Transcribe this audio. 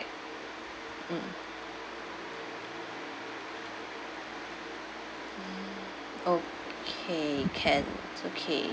mm okay can it's okay